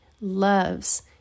loves